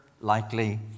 likely